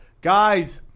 Guys